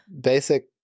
Basic